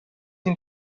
این